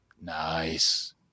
Nice